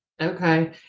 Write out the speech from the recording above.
Okay